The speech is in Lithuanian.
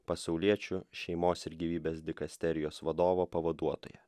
pasauliečių šeimos ir gyvybės dikasterijos vadovo pavaduotoja